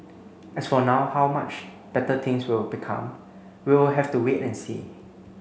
as for now how much better things will become we'll have to wait and see